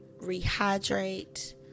rehydrate